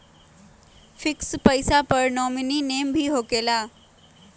Fix पईसा पर nominee name भी होकेला?